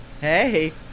Hey